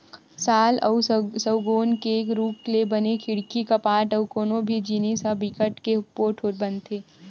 साल अउ सउगौन के रूख ले बने खिड़की, कपाट अउ कोनो भी जिनिस ह बिकट के पोठ बनथे